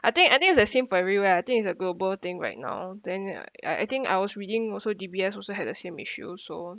I think I think it's the same for everywhere I think it's a global thing right now then I I I think I was reading also D_B_S also had the same issue so